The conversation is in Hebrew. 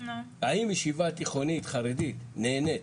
האם ישיבה תיכונית חרדית נהנית